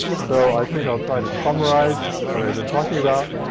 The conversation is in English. so i think i'll try to summarize what i've been talking about.